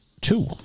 two